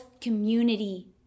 community